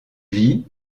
vit